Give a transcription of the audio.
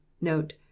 Note